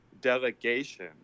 delegation